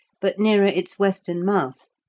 but nearer its western mouth,